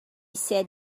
said